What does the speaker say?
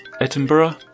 Edinburgh